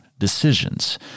decisions